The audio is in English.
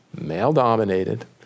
male-dominated